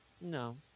No